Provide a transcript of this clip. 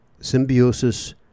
Symbiosis